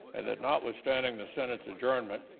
and that notwithstanding, the senate's adjournment,